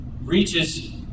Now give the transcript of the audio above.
reaches